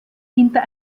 hinter